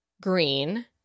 green